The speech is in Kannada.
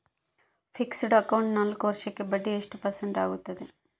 ಫಿಕ್ಸೆಡ್ ಅಕೌಂಟ್ ನಾಲ್ಕು ವರ್ಷಕ್ಕ ಬಡ್ಡಿ ಎಷ್ಟು ಪರ್ಸೆಂಟ್ ಆಗ್ತದ?